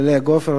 ללאה גופר,